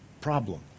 problem